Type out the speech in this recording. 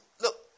Look